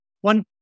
one